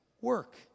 work